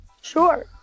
Sure